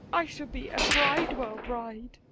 i shall be a bridewell bride.